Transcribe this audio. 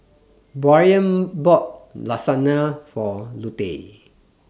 Bryan bought Lasagna For Lute